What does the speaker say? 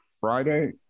friday